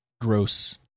gross